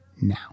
now